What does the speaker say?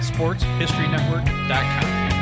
SportsHistoryNetwork.com